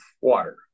water